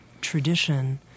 tradition